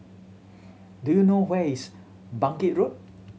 do you know where is Bangkit Road